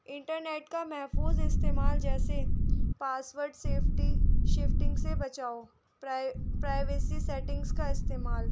internet کا محفوظ استعمال جیسے پاسورڈ سیفٹی شفٹنگ سے بچاؤ پرائیویسی سیٹنگس کا استعمال